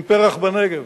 עם פרח בנגב,